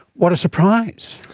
what a surprise.